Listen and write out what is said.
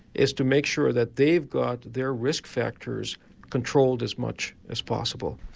is to make sure that they've got their risk factors controlled as much as possible.